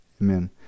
amen